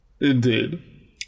Indeed